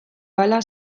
hala